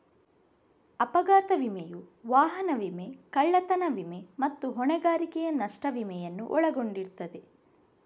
ಅಪಘಾತ ವಿಮೆಯು ವಾಹನ ವಿಮೆ, ಕಳ್ಳತನ ವಿಮೆ ಮತ್ತೆ ಹೊಣೆಗಾರಿಕೆಯ ನಷ್ಟ ವಿಮೆಯನ್ನು ಒಳಗೊಂಡಿರ್ತದೆ